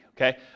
Okay